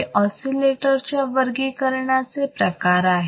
हे ऑसिलेटर च्या वर्गीकरणाचे प्रकार आहेत